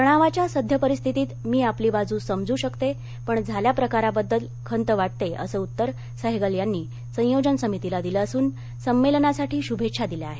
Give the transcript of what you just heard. तणावाच्या सद्य परिस्थितीत मी आपली बाजू समजू शकते पण झाल्या प्रकाराबद्दल खंत वाटते असं उत्तर सहगल यांनी संयोजन समितीला दिलं असून संमेलनासाठी शुभेच्छा दिल्या आहेत